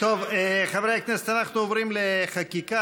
חברי הכנסת, אנחנו עוברים לחקיקה.